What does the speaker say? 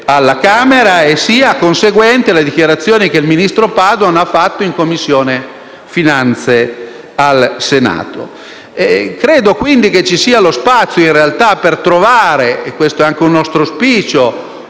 alla Camera e sia conseguente alle dichiarazioni che il ministro Padoan ha reso in Commissione finanze al Senato. Credo che ci sia lo spazio per trovare - questo è un nostro auspicio